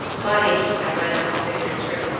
mariequita ran over to victor's room,